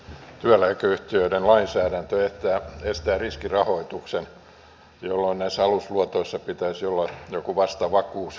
työeläkeyhtiöiden lainsäädäntö estää riskirahoituksen jolloin näissä alusluotoissa pitäisi olla käytännössä joku vastavakuus